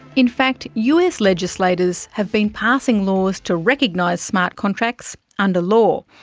in fact us legislators have been passing laws to recognise smart contracts under law.